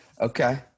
okay